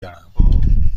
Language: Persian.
دارم